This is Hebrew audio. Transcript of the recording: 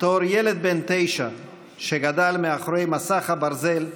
בתור ילד בן תשע שגדל מאחורי מסך הברזל,